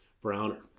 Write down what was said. browner